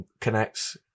connects